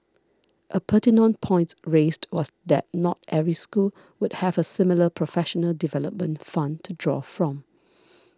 a pertinent point raised was that not every school would have a similar professional development fund to draw from